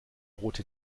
rote